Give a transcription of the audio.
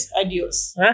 Adios